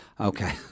Okay